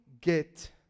get